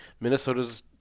Minnesota's –